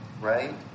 Right